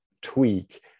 tweak